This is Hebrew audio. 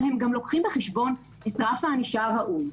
אבל הם גם לוקחים בחשבון את רף הענישה הראוי.